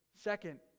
second